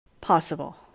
Possible